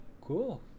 Cool